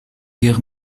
guerre